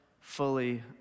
fully